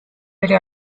oli